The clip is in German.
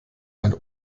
seine